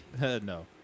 No